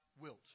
wilt